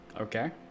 Okay